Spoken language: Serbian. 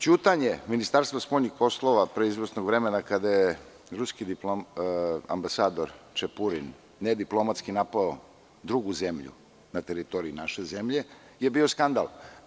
Ćutanje Ministarstva spoljnih poslova pre izvesnog vremena kada je ruski ambasador Čepurin nediplomatski napao drugu zemlju na teritoriji naše zemlje je bio skandal.